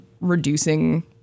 reducing